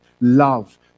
love